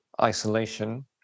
isolation